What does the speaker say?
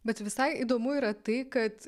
bet visai įdomu yra tai kad